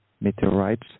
meteorites